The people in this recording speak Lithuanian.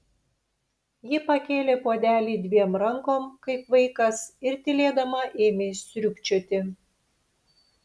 ji pakėlė puodelį dviem rankom kaip vaikas ir tylėdama ėmė sriubčioti